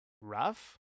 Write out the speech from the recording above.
rough